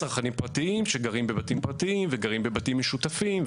צרכנים פרטיים שגרים בבתים פרטיים וגרים בבתים משותפים,